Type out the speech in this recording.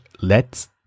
lets